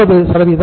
30 வரும்